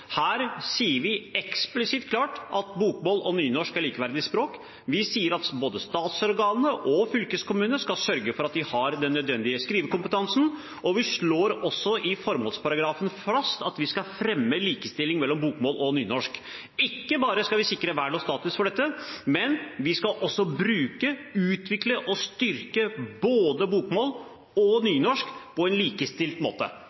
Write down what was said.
bokmål og nynorsk er likeverdige språk. Vi sier at både statsorganene og fylkeskommunene skal sørge for at vi har den nødvendige skrivekompetansen, og vi slår også i formålsparagrafen fast at vi skal fremme likestilling mellom bokmål og nynorsk. Ikke bare skal vi sikre vern og status for dette, vi skal også bruke, utvikle og styrke bokmål og nynorsk på en likestilt måte.